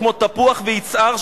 כמו תפוח ויצהר,